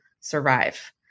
survive